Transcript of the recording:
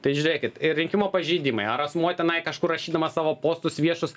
tai žiūrėkit ir rinkimų pažeidimai ar asmuo tenai kažkur rašydamas savo postus viešus